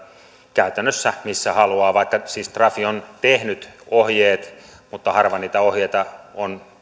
käytännössä missä haluaa vaikka siis trafi on tehnyt ohjeet mutta harva niitä ohjeita on